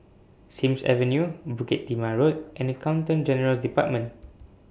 Sims Avenue Bukit Timah Road and Accountant General's department